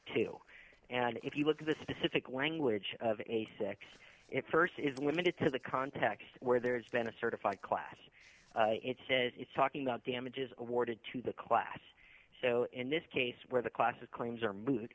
two and if you look at the specific language of a six it st is limited to the context where there's been a certified class it says it's talking about damages awarded to the class so in this case where the class is claims are moo